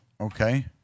Okay